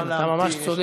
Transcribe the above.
כן, אתה ממש צודק.